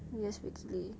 yes weekly